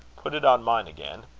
put it on mine again.